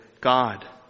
God